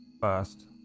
first